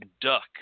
duck